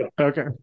Okay